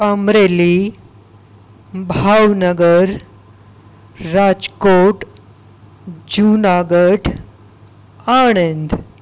Amreli Bhavnagar Rajkot Junagadh Anand